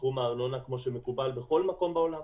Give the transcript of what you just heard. בתחום הארנונה, כמו שמקובל בכל מקום בעולם,